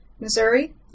Missouri